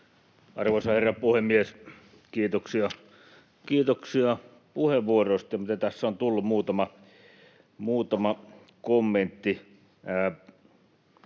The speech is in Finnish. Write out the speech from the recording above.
Arvoisa herra puhemies! Kiitoksia puheenvuoroista, mitä tässä on tullut. Muutama kommentti: